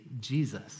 Jesus